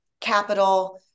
capital